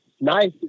nice